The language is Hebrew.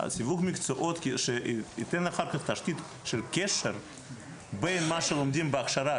סיווג מקצועות שייתן לך תשתית של קשר בין מה שלומדים בהכשרה,